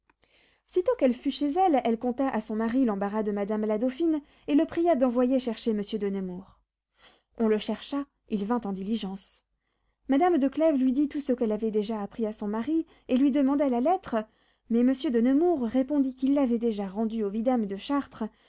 sitôt qu'elle fut chez elle elle conta à son mari l'embarras de madame la dauphine et le pria d'envoyer chercher monsieur de nemours on le chercha il vint en diligence madame de clèves lui dit tout ce qu'elle avait déjà appris à son mari et lui demanda la lettre mais monsieur de nemours répondit qu'il l'avait déjà rendue au vidame de chartres